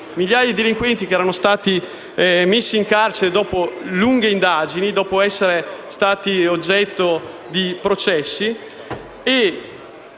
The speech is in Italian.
migliaia di delinquenti, che erano stati messi in carcere dopo lunghe indagini e dopo essere stati oggetto di processi.